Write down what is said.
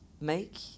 make